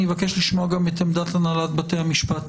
אבקש לשמוע גם את עמדת הנהלת בתי המשפט,